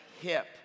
hip